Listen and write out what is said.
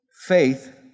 faith